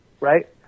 Right